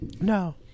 No